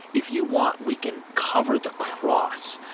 if you want, we can cover the cross.